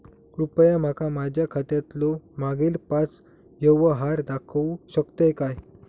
कृपया माका माझ्या खात्यातलो मागील पाच यव्हहार दाखवु शकतय काय?